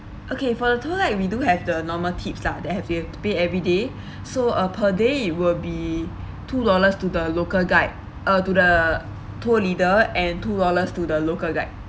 okay for the tour right we do have the normal tips lah that have be to pay every day so uh per day it will be two dollars to the local guide uh to the tour leader and two dollars to the local guide